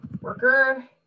Worker